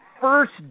first